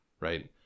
right